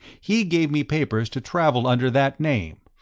he gave me papers to travel under that name!